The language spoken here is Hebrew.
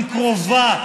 תרצה או לא תרצה,